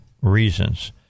reasons